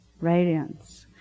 radiance